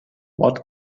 what